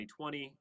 2020